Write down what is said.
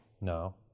No